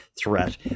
threat